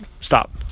stop